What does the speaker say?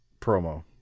promo